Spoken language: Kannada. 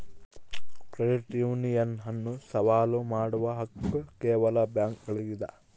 ಕ್ರೆಡಿಟ್ ಯೂನಿಯನ್ ಅನ್ನು ಸವಾಲು ಮಾಡುವ ಹಕ್ಕು ಕೇವಲ ಬ್ಯಾಂಕುಗುಳ್ಗೆ ಇದ